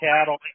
Cattle